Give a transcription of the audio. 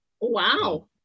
wow